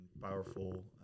powerful